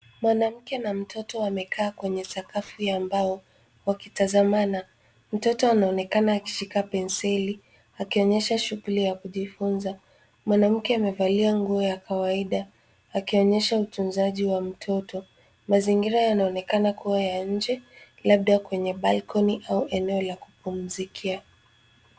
Mwanamke na mtoto wamekaa kwenye sakafu ya mbao wakitazamana. Mtoto anaonekana akishika penseli, akionyesha shughuli ya kujifunza. Mwanamke amevalia nguo za kawaida, akionyesha utunzaji wa mtoto. Mazingira yanaonekana kuwa ya nje, labda kwenye balconi au eneo la kupumzikia.